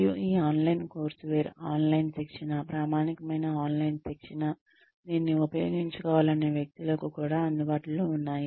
మరియు ఈ online courseware online శిక్షణ ప్రామాణికమైన ఆన్లైన్ శిక్షణ దీన్ని ఉపయోగించాలనుకునే వ్యక్తులకు కూడా అందుబాటులో ఉన్నాయి